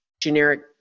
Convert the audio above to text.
generic